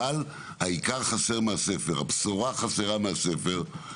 אבל הבשורה חסרה מהספר.